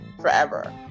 forever